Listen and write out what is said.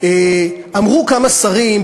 אמרו כמה שרים,